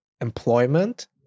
employment